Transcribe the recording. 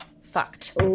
Fucked